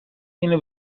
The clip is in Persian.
اینو